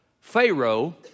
Pharaoh